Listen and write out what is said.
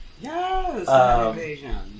Yes